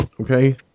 okay